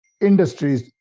industries